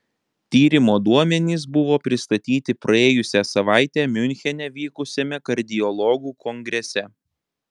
tyrimo duomenys buvo pristatyti praėjusią savaitę miunchene vykusiame kardiologų kongrese